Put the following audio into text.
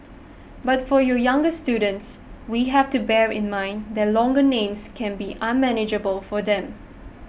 but for you younger students we have to bear in mind that longer names can be unmanageable for them